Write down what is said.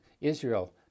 Israel